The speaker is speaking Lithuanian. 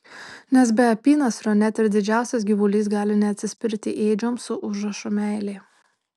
nes be apynasrio net ir didžiausias gyvulys gali neatsispirti ėdžioms su užrašu meilė